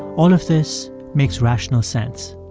all of this makes rational sense